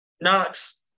Knox